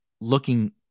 looking